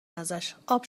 ازشاب